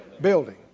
Building